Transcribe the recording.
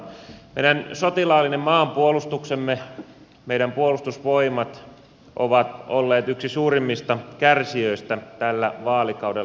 meidän sotilaallinen maanpuolustuksemme meidän puolustusvoimat on ollut yksi suurimmista kärsijöistä tällä vaalikaudella